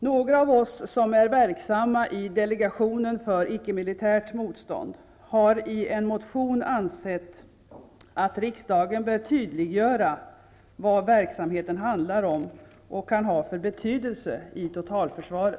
Några av oss som är verksamma i Delegationen för icke-miltiärt motstånd har i en motion ansett att riksdagen bör tydliggöra vad verksamheten handlar om och kan ha för betydelse i totalförsvaret.